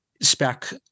spec